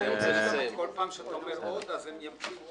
כל פעם שאתה אומר "עוד" אז הם ימשיכו.